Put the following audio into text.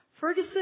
Ferguson